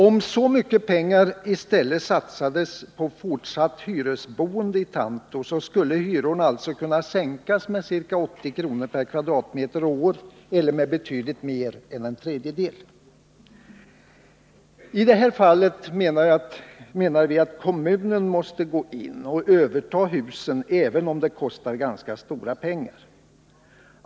Om så mycket pengar i stället satsades på fortsatt hyresboende i Tanto, skulle hyrorna alltså kunna sänkas med ca 80 kr./m? och år eller med betydligt mer än en tredjedel. I detta fall måste, enligt vår åsikt, kommunen gå in och överta husen, även om det kostar ganska mycket pengar.